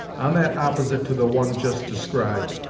on that opposite to the one just described,